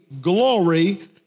glory